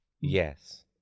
Yes